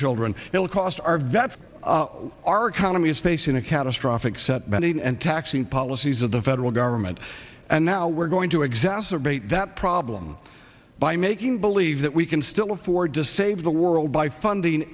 children it will cost our vets our economy is facing a catastrophic set bending and taxing policies of the federal government and now we're going to exacerbate that problem by making believe that we can still afford to save the world by funding